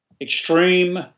extreme